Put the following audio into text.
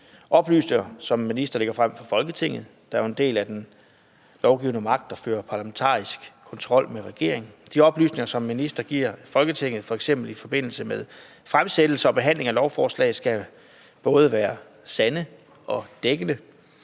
oplysninger, som ministre lægger frem for Folketinget. Der er jo en del af den lovgivende magt, der fører parlamentarisk kontrol med regeringen. De oplysninger, som ministre giver Folketinget, f.eks. i forbindelse med fremsættelse og behandling af lovforslag, skal være både sande og dækkende.